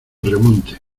remonte